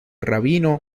rabino